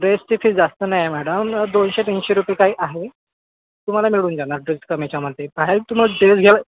ड्रेसची फीस जास्त नाही आहे मॅडम दोनशे तीनशे रुपये काही आहे तुम्हाला मिळून जाणार ड्रेस कमीच्यामध्ये बाहेर तुम्हाला ड्रेस घ्यावे